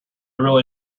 really